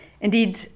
Indeed